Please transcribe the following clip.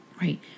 right